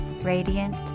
radiant